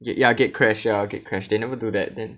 ya gatecrash ya gatecrash they never do that then